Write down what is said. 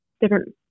different